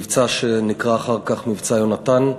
המבצע שנקרא אחר כך "מבצע יונתן",